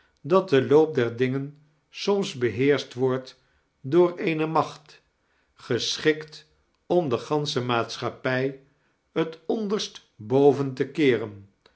dat de loop der dingen soms beheerscht wordt door eene macht geschikt om de gansche maatschappij t onderst boven te keeren